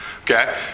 Okay